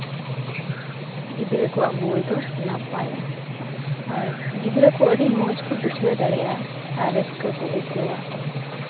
ᱜᱤᱫᱽᱨᱟᱹ ᱠᱚᱣᱟᱜ ᱱᱳᱭ ᱫᱚ ᱱᱟᱯᱟᱭᱟ ᱟᱨ ᱜᱤᱫᱽᱨᱟᱹ ᱠᱚ ᱟᱹᱰᱤ ᱢᱚᱡᱽ ᱠᱚ ᱵᱩᱡᱷᱟᱹᱣ ᱫᱟᱲᱮᱭᱟᱜᱼᱟ ᱟᱨ ᱨᱟᱹᱥᱠᱟᱹ ᱠᱚ ᱟᱹᱭᱠᱟᱹᱣᱟ